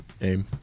aim